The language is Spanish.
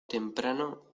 temprano